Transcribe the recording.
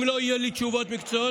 אם לא יהיו לי תשובות מקצועיות,